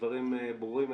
הדברים ברורים.